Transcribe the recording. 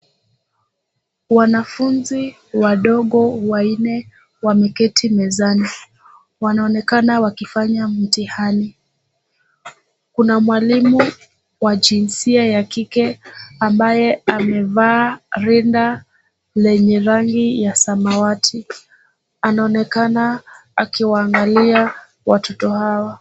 Wanafunzi wadogo wanne wameketi mezani, wanaonekana wakifanya mtihani. Kuna mwalimu wa jinsia ya kike, ambaye amevaa rinda lenye rangi ya samawati. Anaonekana akiwaangalia watoto hawa.